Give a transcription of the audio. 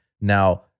Now